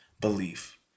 belief